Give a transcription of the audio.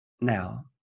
now